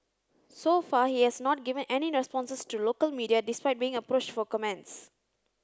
so far he has not given any responses to local media despite being approached for comments